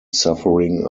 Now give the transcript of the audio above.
suffering